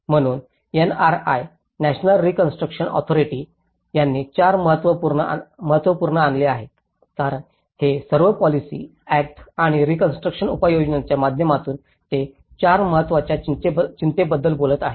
म्हणूनच NRA national reconstruction authority यांनी 4 महत्त्वपूर्ण आणले आहेत कारण हे सर्व पोलिसी ऍक्ट किंवा रीकॉन्स्ट्रुकशन उपयोजनांच्या माध्यमातून ते 4महत्त्वाच्या चिंतेबद्दल बोलत आहेत